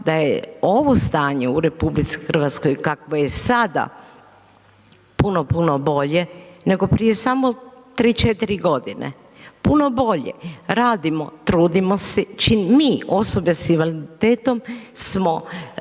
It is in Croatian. da je ovo stanje u RH kakvo je sada puno, puno bolje nego prije samo 3., 4.g., puno bolje, radimo, trudimo se, mi osobe s invaliditetom smo